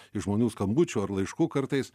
iš žmonių skambučių ar laiškų kartais